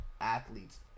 athletes